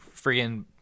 freaking